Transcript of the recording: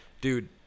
dude